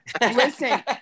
Listen